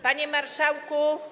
Panie Marszałku!